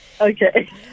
Okay